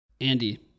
andy